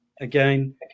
again